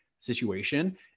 situation